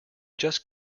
just